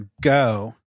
go